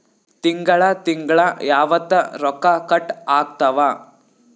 ತಿಂಗಳ ತಿಂಗ್ಳ ಯಾವತ್ತ ರೊಕ್ಕ ಕಟ್ ಆಗ್ತಾವ?